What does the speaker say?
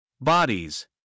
bodies